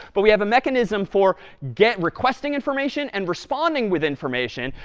but we have a mechanism for get requesting information and responding with information.